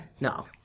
no